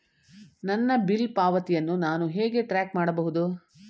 ನನ್ನ ಬಿಲ್ ಪಾವತಿಯನ್ನು ನಾನು ಹೇಗೆ ಟ್ರ್ಯಾಕ್ ಮಾಡಬಹುದು?